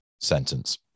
sentence